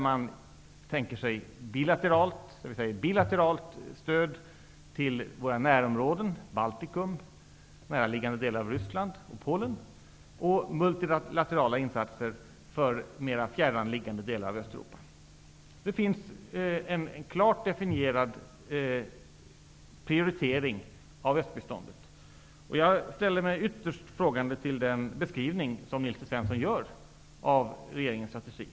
Man tänker sig bilateralt stöd till våra närområden i Baltikum, näraliggande delar av Ryssland och Polen samt multilaterala insatser för mer fjärran liggande delar av Det finns en klart definierad prioritering av östbiståndet. Jag ställer mig ytterst frågande till den beskrivning som Nils T Svensson gör av regeringens strategi.